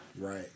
Right